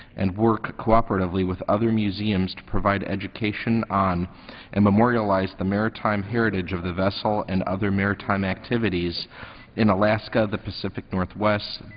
and work cooperatively with other museums to provide education on and memorialize the maritime heritage of the vessel and other maritime activities in alaska, the pacific northwest,